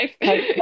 life